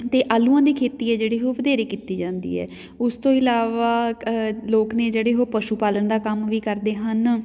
ਅਤੇ ਆਲੂਆਂ ਦੀ ਖੇਤੀ ਆ ਜਿਹੜੀ ਉਹ ਵਧੇਰੇ ਕੀਤੀ ਜਾਂਦੀ ਹੈ ਉਸ ਤੋਂ ਇਲਾਵਾ ਕ ਲੋਕ ਨੇ ਜਿਹੜੇ ਉਹ ਪਸ਼ੂ ਪਾਲਣ ਦਾ ਕੰਮ ਵੀ ਕਰਦੇ ਹਨ